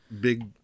big-